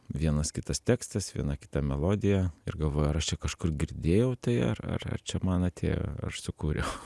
vienas kitas tekstas viena kita melodija ir galvoju ar aš čia kažkur girdėjau tai ar ar ar čia man atėjo aš sukūriau